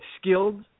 skilled